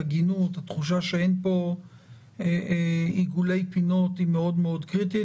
הגינות או תחושה שאין פה עיגולי פינות היא מאוד-מאוד קריטית.